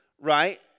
right